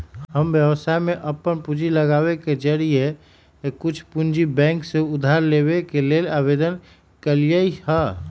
हम व्यवसाय में अप्पन पूंजी लगाबे के जौरेए कुछ पूंजी बैंक से उधार लेबे के लेल आवेदन कलियइ ह